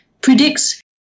predicts